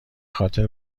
خاطر